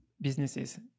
businesses